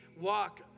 walk